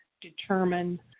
determine